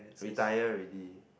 retire already